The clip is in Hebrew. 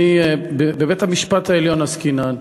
בבית-המשפט העליון עסקינן,